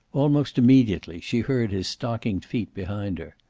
almost immediately she heard his stockinged feet behind her.